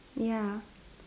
ya